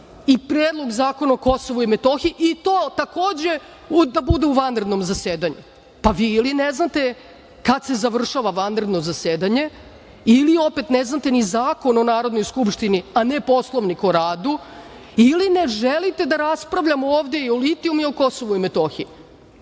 i Predlog zakona o KiM i to takođe da bude u vanrednom zasedanju. Vi ili ne znate kad se završava vanredno zasedanje ili opet ne znate ni Zakon o Narodnoj skupštini, a ne Poslovnik o radu ili ne želite da raspravljamo ovde o litijumu i o KiM? Evo, molim